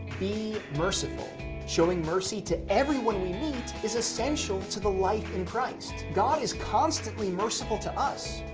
be merciful showing mercy to everyone we meet is essential to the life in christ. god is constantly merciful to us,